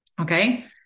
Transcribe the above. Okay